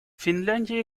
финляндии